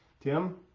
Tim